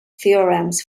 theorems